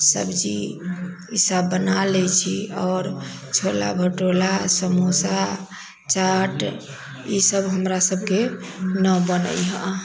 सब्जी इसब बना लै छी आओर छोला भटोला समोसा चाट इसब हमरा सबके हि बनै है